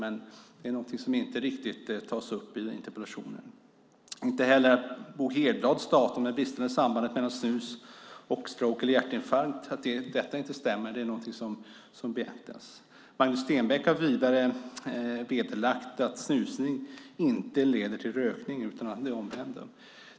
Men det är någonting som inte riktigt tas upp i interpellationen. Inte heller Bo Hedblads studie, som visar att det inte stämmer att det finns något samband mellan snus och stroke eller hjärtinfarkt, är någonting som beaktas. Magnus Stenbeck har vidare vederlagt att snusning leder till rökning. Det är det omvända.